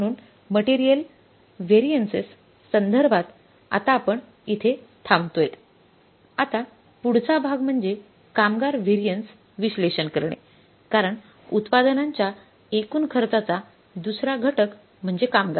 म्हणून material variances संधर्भात आता आपण इथे थांबतोयत आता पुढचा भाग म्हणजे कामगार वॅरियन्स विश्लेषण करणे कारण उत्पादनाच्या एकूण खर्चाचा दुसरा घटक म्हणजे कामगार